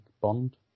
Bond